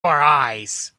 eyes